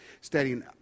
studying